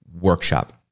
workshop